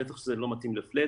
בטח שזה לא מתאים לפלאט,